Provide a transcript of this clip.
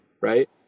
right